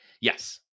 Yes